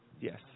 Yes